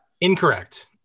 Incorrect